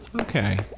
Okay